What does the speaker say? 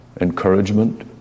encouragement